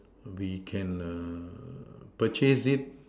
we can purchase it